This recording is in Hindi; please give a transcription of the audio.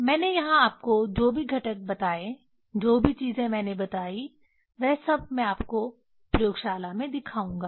मैंने यहां आपको जो भी घटक बताए जो भी चीजें मैंने बताईं वह सब मैं आपको प्रयोगशाला में दिखाऊंगा